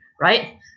right